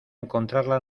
encontrarla